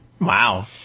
Wow